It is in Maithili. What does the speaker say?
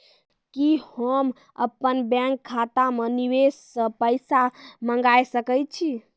कि होम अपन बैंक खाता मे विदेश से पैसा मंगाय सकै छी?